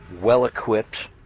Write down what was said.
well-equipped